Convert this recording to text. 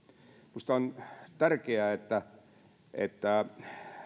minusta on tärkeää että että